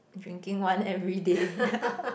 drinking one everyday